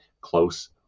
close